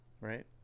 right